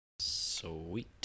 Sweet